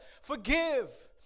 forgive